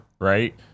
right